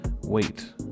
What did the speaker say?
Wait